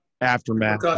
aftermath